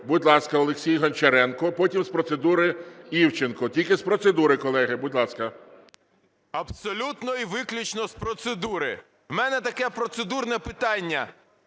Будь ласка, Олексій Гончаренко, потім з процедури – Івченко. Тільки з процедури, колеги. Будь ласка. 10:33:29 ГОНЧАРЕНКО О.О. Абсолютно й виключно з процедури. В мене таке процедурне питання.